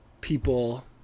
people